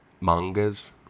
mangas